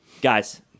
Guys